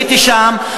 הייתי שם.